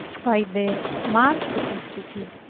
by the multiplicity,